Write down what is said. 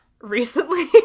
recently